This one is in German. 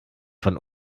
von